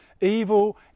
evil